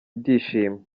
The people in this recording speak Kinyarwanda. ibyishimo